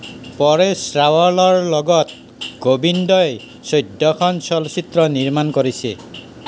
পৰেশ ৰাৱলৰ লগত গোবিন্দই চৈধ্য়খন চলচ্চিত্ৰ নিৰ্মাণ কৰিছে